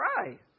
right